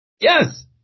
Yes